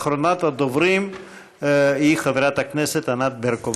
אחרונת הדוברים היא חברת הכנסת ענת ברקו.